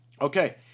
Okay